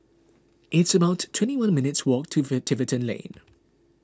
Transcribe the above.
it's about twenty one minutes' walk to Tiverton Lane